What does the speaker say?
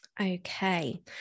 Okay